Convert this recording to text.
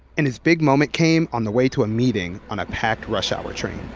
and his big moment came on the way to a meeting on a packed rush-hour train.